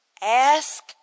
Ask